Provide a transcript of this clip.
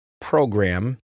program